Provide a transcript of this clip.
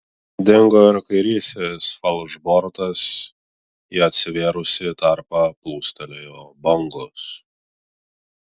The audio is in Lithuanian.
dingo ir kairysis falšbortas į atsivėrusį tarpą plūstelėjo bangos